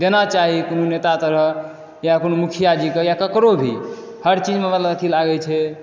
देना चाही कोनो नेता तरे या कोनो मुखिया जी के या केकरो भी हर चीज मे मतलब अथी लागै छै